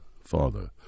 father